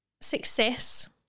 success